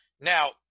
Now